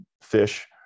fish